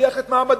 תבטיח את מעמדנו.